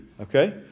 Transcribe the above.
okay